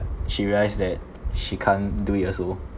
she realised that she can't do it also